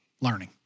learning